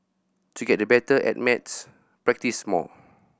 to get the better at maths practise more